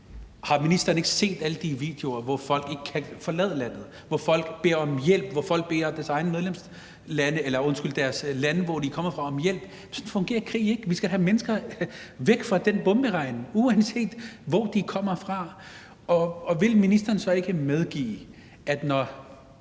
Har ministeren ikke set alle de videoer af folk, der ikke kan forlade landet, folk, der beder om hjælp, folk, der beder deres hjemlande om hjælp? Sådan fungerer krig ikke. Vi skal have menneskene væk fra den bomberegn, uanset hvor de kommer fra. Og vil ministeren så ikke medgive – når